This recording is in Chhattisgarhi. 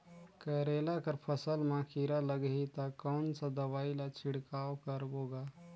करेला कर फसल मा कीरा लगही ता कौन सा दवाई ला छिड़काव करबो गा?